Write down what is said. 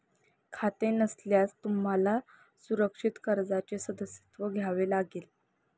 खाते नसल्यास तुम्हाला सुरक्षित कर्जाचे सदस्यत्व घ्यावे लागेल